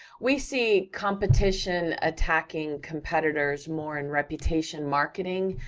we see competition attacking competitors more in reputation marketing,